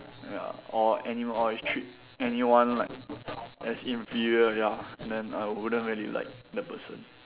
ya or anyone if treat anyone like as inferior ya then I wouldn't really like the person